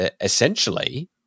essentially